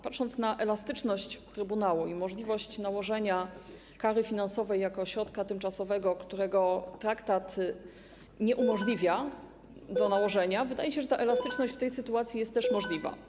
Patrząc na elastyczność Trybunału i możliwość nałożenia kary finansowej jako środka tymczasowego, którego nałożenia traktat nie umożliwia, wydaje się, że elastyczność w tej sytuacji jest też możliwa.